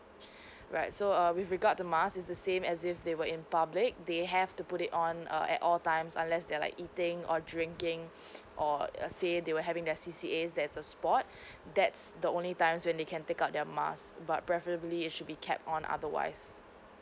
right so err with regard to mask is the same as if they were in public they have to put it on err at all times unless they're like eating or drinking or say they were having their C_C_A that's a sport that's the only times when they can take out the mask but preferably it should be kept on otherwise